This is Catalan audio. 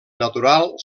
natural